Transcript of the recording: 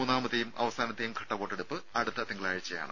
മൂന്നാമത്തെയും അവസാനത്തെയും ഘട്ട വോട്ടെടുപ്പ് അടുത്ത തിങ്കളാഴ്ചയാണ്